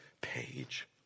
page